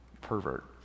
pervert